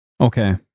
Okay